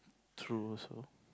true also